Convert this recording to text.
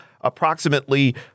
approximately